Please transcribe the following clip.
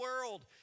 world